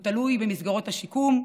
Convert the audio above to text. הוא תלוי במסגרות השיקום,